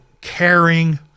caring